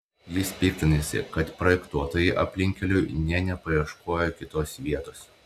jis piktinasi kad projektuotojai aplinkkeliui nė nepaieškojo kitos vietos